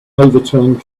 overturned